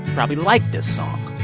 probably like this song